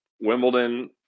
Wimbledon